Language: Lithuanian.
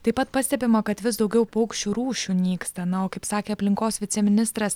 taip pat pastebima kad vis daugiau paukščių rūšių nyksta na o kaip sakė aplinkos viceministras